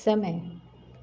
समय